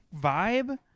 vibe